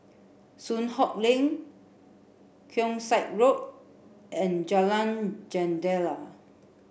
Soon Hock Lane Keong Saik Road and Jalan Jendela